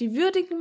die würdigen